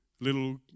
little